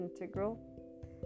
integral